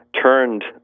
turned